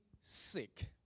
sick